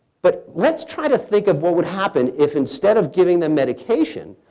but let's try to think of what would happen if, instead of giving them medication,